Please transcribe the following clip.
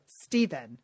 Stephen